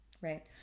Right